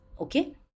Okay